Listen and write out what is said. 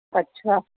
अच्छा